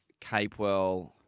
Capewell